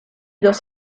dos